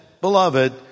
beloved